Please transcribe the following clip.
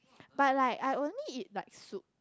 but like I only eat like soup